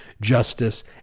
justice